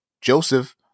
Joseph